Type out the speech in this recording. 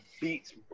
beats